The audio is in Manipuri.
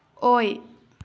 ꯑꯣꯏ